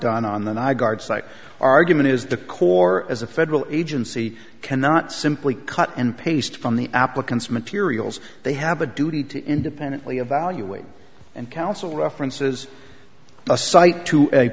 done on the nygaard site argument is the core as a federal agency cannot simply cut and paste from the applicant's materials they have a duty to independently evaluate and counsel references a site to a